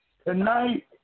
Tonight